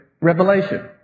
revelation